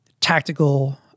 tactical